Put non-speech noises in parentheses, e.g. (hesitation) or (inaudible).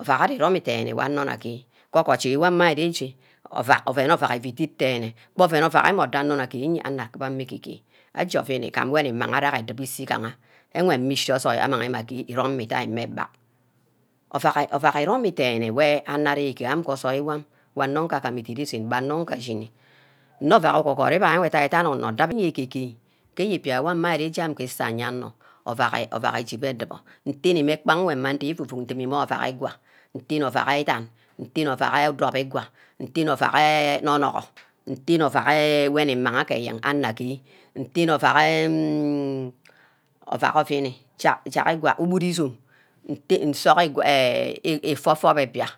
ovack iromi nne dene wor, onor nna gaer, ke ogaji worma ari ere eje ovack oven ovack utu dick dene, gba oven ovack wor anor nne gaer iye, anor akubo mma agaer-gaer aje ovini igam wor nimaghara edubor ise igahe, enwe mmi isor soil amang mme agear itome mme idia mme egbang ovack eromi denne wor anor ari gaer ke osoil wor onor mbeh agami idere esen gba anor mba ashini nne ovack ugoh-god ivai ida-dan onor doh araer ege-geh ke eribia mma aje ke isa aye onor ovack ovack ijubor adubor ntene kpa nwe idime evu-vuck mme ovack igwa, ntene ovack enh nor-norgor, ntene ovack enh wor nni marge ke eyen ana gaer ntene ovack enh (hesitation) ibonmi izome isup eh ifor-fob ebia